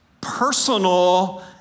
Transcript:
personal